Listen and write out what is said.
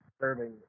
serving